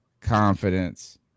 confidence